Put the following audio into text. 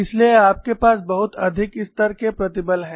इसलिए आपके पास बहुत अधिक स्तर के प्रतिबल हैं